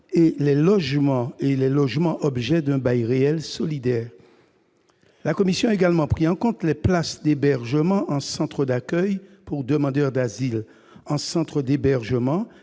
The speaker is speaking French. et aux logements faisant l'objet d'un bail réel solidaire. Elle a également pris en compte les places d'hébergement en centres d'accueil pour demandeurs d'asile, en centres d'hébergement